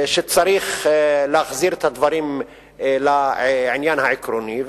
שצריך להחזיר את הדברים לעניין העקרוני.